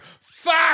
fuck –